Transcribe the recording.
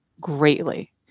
greatly